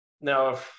now